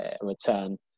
return